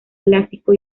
clásico